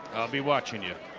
be watching you.